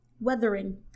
weathering